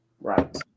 Right